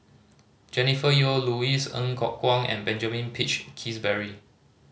Jennifer Yeo Louis Ng Kok Kwang and Benjamin Peach Keasberry